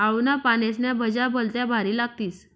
आळूना पानेस्न्या भज्या भलत्या भारी लागतीस